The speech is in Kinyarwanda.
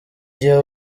gihe